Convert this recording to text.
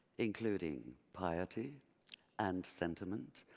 including piety and sentiment,